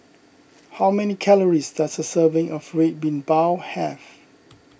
how many calories does a serving of Red Bean Bao have